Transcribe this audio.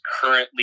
currently